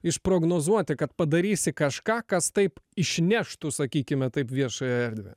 išprognozuoti kad padarysi kažką kas taip išneštų sakykime taip viešąją erdvę